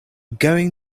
going